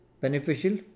beneficial